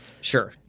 Sure